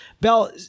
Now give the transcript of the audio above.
bell